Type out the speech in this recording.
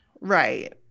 right